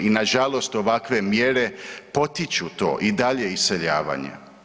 I nažalost ovakve mjere potiču i dalje iseljavanje.